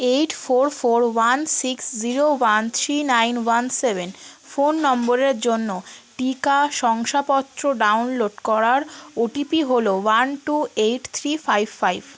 eight four four one six zero one three nine one seven phone নম্বরের জন্য টিকা শংসাপত্র ডাউনলোড করার ওটিপি হলো one two eight three five five